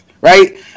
right